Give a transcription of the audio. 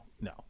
No